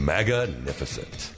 Magnificent